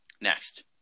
next